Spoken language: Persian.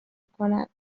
کنند